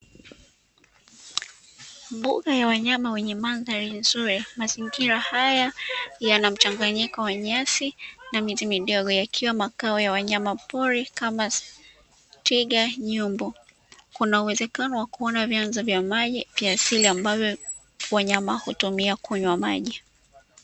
Mbuga ya wanyama yenye mandhari nzuri, mazingira haya yanamchanganyiko wa nyasi na miti midogo yakiwa makao ya wanyama pori kama; twiga, nyumbu, kuna uwezekano wa kuona vyanzo vya maji vya asili ambavyo wanyama hao hutumia kunywa maji.